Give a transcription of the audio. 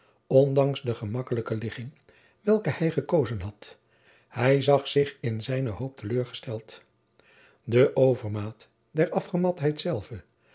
ondanks de gemakkelijke ligging welke hij gekozen had hij zag zich in zijne hoop te leur gesteld de overmaat der